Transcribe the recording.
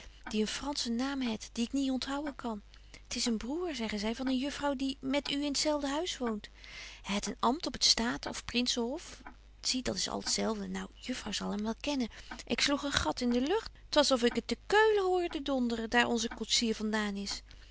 die een franschen naam het die ik niet onthouwen kan t is een broêr zeggen zy van een juffrouw die met u in t zelfde huis woont hy het een amt op t staten of prinsen hof zie dat is al het zelfde nou juffrouw zal hem wel kennen ik sloeg een gat in de lucht t was of ik het te keulen hoorde donderen daar onze koetsier van daan is